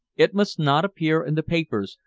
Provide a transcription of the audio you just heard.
it must not appear in the papers,